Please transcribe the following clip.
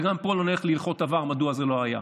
וגם פה לא נלך להלכות עבר מדוע זה לא היה.